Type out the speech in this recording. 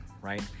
right